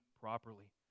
properly